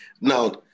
Now